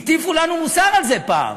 הטיפו לנו מוסר על זה פעם.